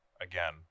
again